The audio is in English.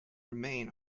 remain